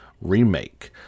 Remake